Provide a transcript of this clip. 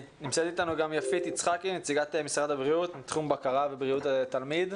יפית יצחקי, תחום בקרה ובריאות התלמיד,